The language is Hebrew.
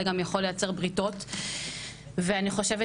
אלא גם יכול לייצר בריתות ואני חושבת